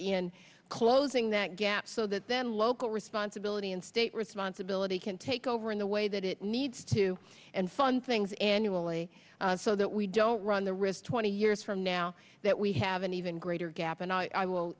in closing that gap so that then local responsibility and state responsibility can take over in the way that it needs to and fun things annually so that we don't run the risk twenty years from now that we have an even greater gap and i will